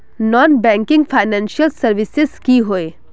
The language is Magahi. नॉन बैंकिंग फाइनेंशियल सर्विसेज की होय?